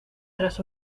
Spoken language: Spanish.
tras